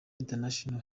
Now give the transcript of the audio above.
international